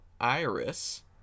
iris